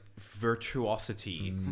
virtuosity